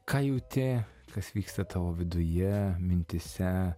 ka jauti kas vyksta tavo viduje mintyse